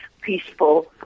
peaceful